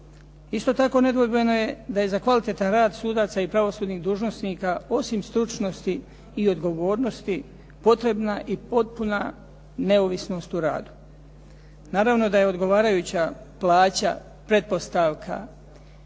Isto tako, nedvojbeno je da je za kvalitetan rad sudaca i pravosudnih dužnosnika osim stručnosti i odgovornosti potrebna i potpuna neovisnost u radu. Naravno da je odgovarajuća plaća pretpostavka